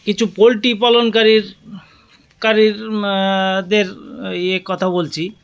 কিছু পোলট্রি পালনকারীর কারীর দের ইয়ে কথা বলছি